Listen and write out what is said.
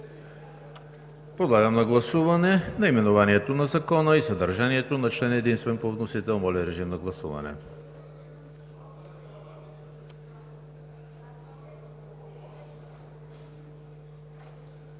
Подлагам на гласуване наименованието на Закона и съдържанието на член единствен по вносител. Гласували